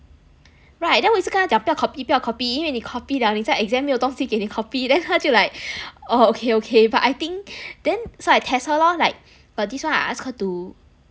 right 我一直跟他讲不要 copy 不要 copy 因为你 copy liao 你在 exam 没有东西给你 copy then 他就 like orh okay okay but I think then so I test her lor like but this one I ask her to I ask her to